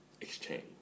exchange